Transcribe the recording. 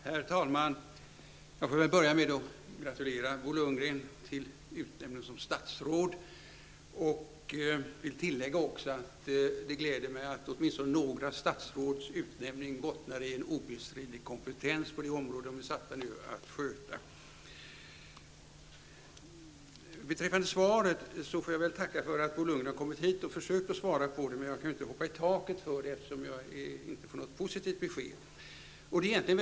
Herr talman! Jag får väl börja med att gratulera Bo Lundgren till utnämningen som statsråd. Jag vill också tillägga att det gläder mig att åtminstone några statsråds utnämning bottnar i en obestridlig kompetens på det område de är satta att sköta. Beträffande svaret får jag väl tacka för att Bo Lundgren har kommit hit och försökt att svara på min fråga, men jag kan ju inte hoppa i taket för svaret, eftersom jag inte får något positivt besked.